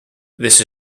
this